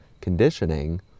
conditioning